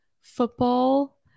football